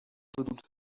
doute